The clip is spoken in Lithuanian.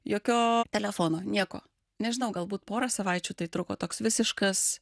jokio telefono nieko nežinau galbūt porą savaičių tai truko toks visiškas